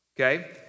okay